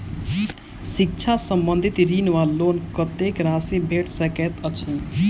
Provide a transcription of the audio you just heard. शिक्षा संबंधित ऋण वा लोन कत्तेक राशि भेट सकैत अछि?